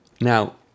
now